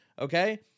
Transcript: okay